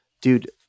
Dude